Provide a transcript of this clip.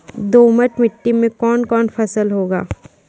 दोमट मिट्टी मे कौन कौन फसल होगा?